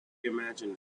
imagined